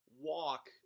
walk